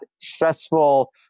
stressful